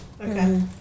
okay